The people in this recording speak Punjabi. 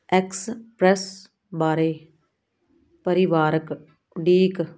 ਐਕਸਪ੍ਰੈੱਸ ਬਾਰੇ ਪਰਿਵਾਰਿਕ ਉਡੀਕ